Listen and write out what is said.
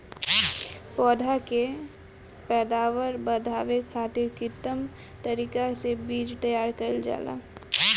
पौधा के पैदावार बढ़ावे खातिर कित्रिम तरीका से बीज तैयार कईल जाला